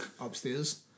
upstairs